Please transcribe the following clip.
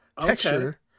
texture